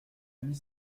mis